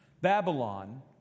Babylon